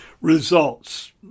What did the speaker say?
results